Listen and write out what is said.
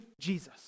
Jesus